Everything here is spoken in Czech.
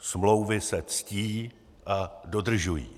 Smlouvy se ctí a dodržují.